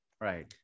Right